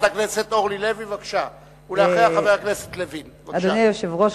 אדוני היושב-ראש,